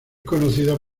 conocido